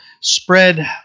spread